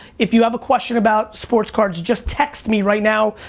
if you have a question about sports cards, just text me right now.